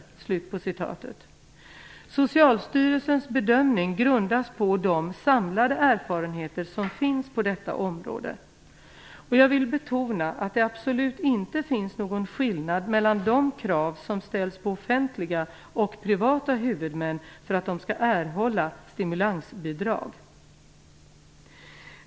Socialstyrelsens bedömning grundas på de samlade erfarenheter som finns på detta område. Jag vill betona att det absolut inte finns någon skillnad mellan de krav som ställs på offentliga och på privata huvudmän för att de skall erhålla stimulansbidrag.